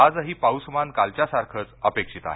आजही पाऊसमान कालच्यासारखंच अपेक्षित आहे